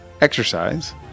exercise